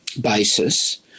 basis